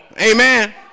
Amen